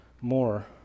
more